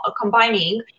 combining